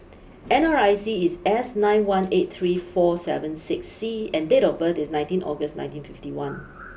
N R I C is S nine one eight three four seven six C and date of birth is nineteen August nineteen fifty one